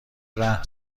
رهن